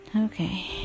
okay